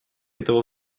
этого